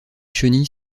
chenilles